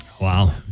wow